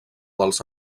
dels